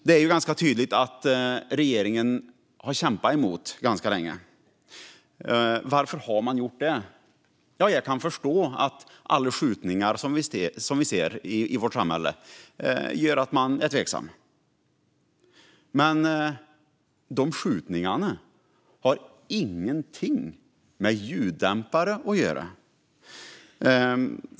Det är tydligt att regeringen har kämpat emot länge. Varför? Jag kan förstå att alla skjutningar i vårt samhälle gör att man är tveksam, men dessa skjutningar har inget med ljuddämpare att göra.